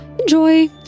enjoy